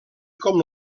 com